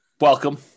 welcome